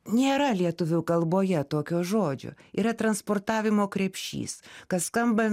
nėra lietuvių kalboje tokio žodžio yra transportavimo krepšys kas skamba